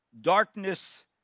darkness